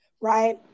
right